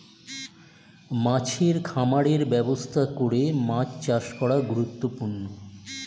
মাছের খামারের ব্যবস্থা করে মাছ চাষ করা গুরুত্বপূর্ণ